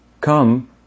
come